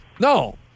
No